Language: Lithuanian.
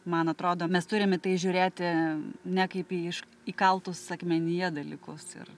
man atrodo mes turim į tai žiūrėti ne kaip į iš įkaltus akmenyje dalykus ir